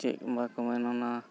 ᱪᱮᱫ ᱵᱟᱠᱚ ᱢᱮᱱᱟ ᱚᱱᱟ